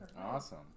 Awesome